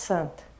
Santa